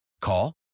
Call